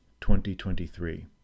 2023